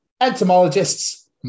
entomologists